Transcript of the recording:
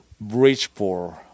Bridgeport